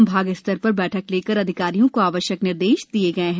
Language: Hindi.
संभाग स्तर पर बछक लेकर अधिकारियो को आवश्यक निर्देश दिये गये हैं